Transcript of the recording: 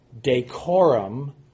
decorum